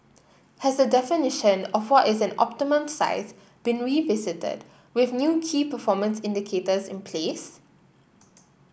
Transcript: has the definition of what is an optimal size been revisited with new key performance indicators in place